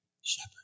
shepherd